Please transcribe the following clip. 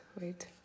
Wait